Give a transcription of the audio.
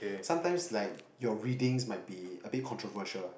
sometimes like your reading might be a bit controversial